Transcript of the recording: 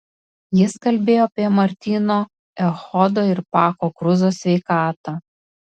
jis kalbėjo apie martyno echodo ir pako kruzo sveikatą